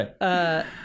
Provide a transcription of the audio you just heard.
right